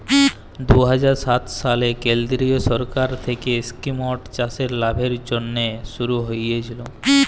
দু হাজার সাত সালে কেলদিরিয় সরকার থ্যাইকে ইস্কিমট চাষের লাভের জ্যনহে শুরু হইয়েছিল